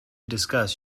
discuss